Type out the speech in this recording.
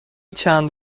چند